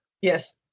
Yes